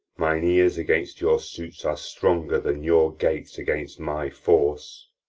mine ears against your suits are stronger than your gates against my force.